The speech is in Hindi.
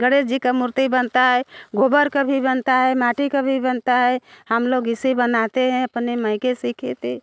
गणेश जी की मूर्ति बनती है गोबर की भी बनती है माटी का भी बनती है हम लोग इसे बनाते हैं अपने मैके सीखे थे